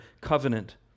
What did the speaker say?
covenant